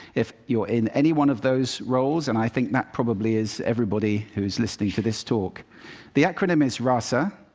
if you're in any one of those roles and i think that probably is everybody who's listening to this talk the acronym is rasa,